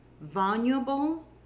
vulnerable